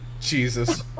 Jesus